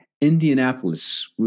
Indianapolis